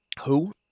Who